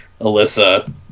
Alyssa